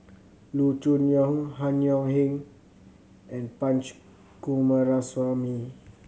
Loo Choon Yong Han Yong Hong and Punch Coomaraswamy